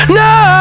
no